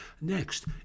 next